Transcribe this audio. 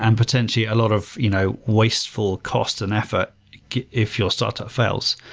and potentially, a lot of you know wasteful cost and effort if your startup fails.